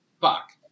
Fuck